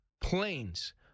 planes